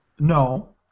No